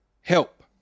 help